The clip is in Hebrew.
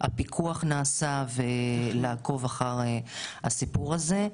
שהפיקוח נעשה ולעקוב אחרי הסיפור הזה.